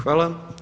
Hvala.